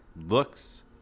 looks